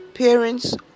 Parents